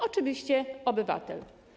Oczywiście obywatel.